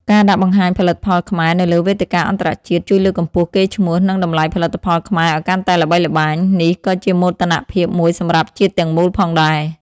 ការដាក់បង្ហាញផលិតផលខ្មែរនៅលើវេទិកាអន្តរជាតិជួយលើកកម្ពស់កេរ្តិ៍ឈ្មោះ និងតម្លៃផលិតផលខ្មែរឱ្យកាន់តែល្បីល្បាញ នេះក៏ជាមោទនភាពមួយសម្រាប់ជាតិទាំងមូលផងដែរ។